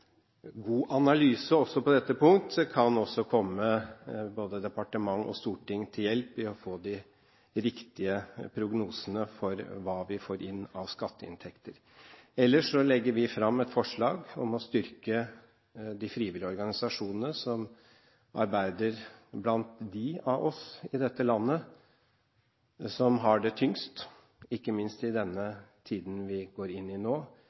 god analyse også på dette punkt, kan komme både departement og storting til hjelp, med tanke på å få riktige prognoser for hva vi får inn av skatteinntekter. Ellers legger vi fram et forslag om å styrke arbeidet til de frivillige organisasjonene, som arbeider blant dem av oss i dette landet som har det tyngst, ikke minst i den tiden vi nå går inn i,